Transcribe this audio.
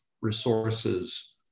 resources